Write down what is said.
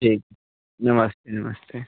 ठीक नमस्ते नमस्ते